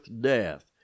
death